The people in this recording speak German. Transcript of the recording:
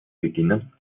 beginnen